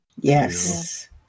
Yes